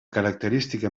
característica